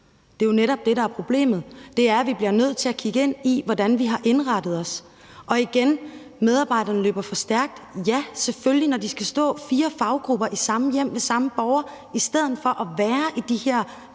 Det er netop det, der er problemet. Vi bliver nødt til at kigge på, hvordan vi har indrettet os, og igen vil jeg sige: Ja, medarbejderne løber for stærkt, og det gør de selvfølgelig, når de skal stå fire fagpersoner i samme hjem hos den samme borger i stedet for at være i de her faste